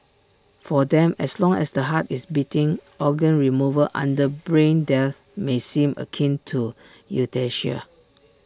for them as long as the heart is beating organ removal under brain death may seem akin to euthanasia